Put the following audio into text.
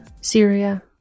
Syria